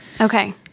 Okay